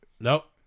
Nope